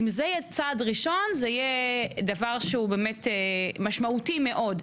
אם זה יהיה צעד ראשון זה יהיה דבר שהוא משמעותי מאוד.